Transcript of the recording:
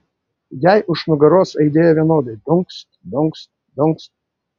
jai už nugaros aidėjo vienodai dunkst dunkst dunkst